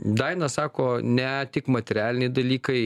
daina sako ne tik materialiniai dalykai